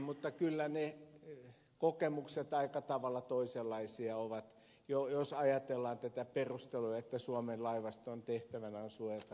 mutta kyllä ne kokemukset aika tavalla toisenlaisia ovat jos ajatellaan näitä perusteluja että suomen laivaston tehtävänä on suojata kauppamerenkulkua